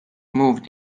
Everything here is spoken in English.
moved